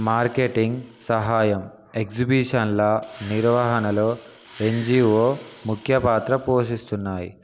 marketing సహాయం ఎగ్జిబిషన్ల నిర్వహణలో ఎన్జిఓ ముఖ్య పాత్ర పోషిస్తున్నాయి